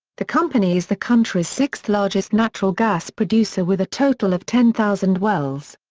the company is the country's sixth largest natural gas producer with a total of ten thousand wells.